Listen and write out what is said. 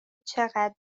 چقدر